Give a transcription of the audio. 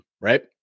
right